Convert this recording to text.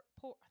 poor